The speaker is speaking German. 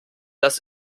das